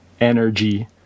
energy